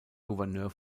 gouverneur